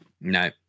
No